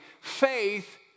Faith